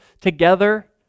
together